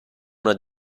una